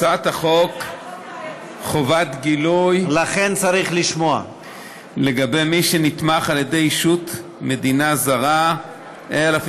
הצעת חוק חובת גילוי לגבי מי שנתמך על-ידי ישות מדינית זרה (תיקון),